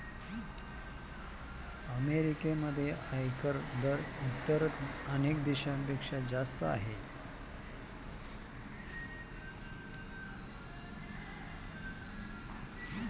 अमेरिकेमध्ये आयकर दर इतर अनेक देशांपेक्षा जास्त आहे